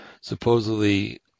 supposedly